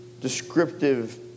descriptive